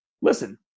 listen